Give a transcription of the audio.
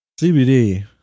CBD